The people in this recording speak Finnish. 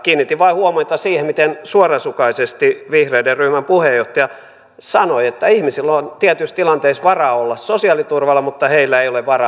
kiinnitin vain huomiota siihen miten suorasukaisesti vihreiden ryhmän puheenjohtaja sanoi että ihmisillä on tietyissä tilanteissa varaa olla sosiaaliturvalla mutta heillä ei ole varaa mennä töihin